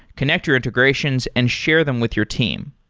connect your integrations and share them with your team.